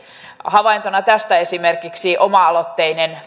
havaintona tästä on esimerkiksi oma aloitteinen